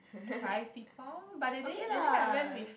five people but that day that day I went with